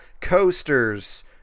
coasters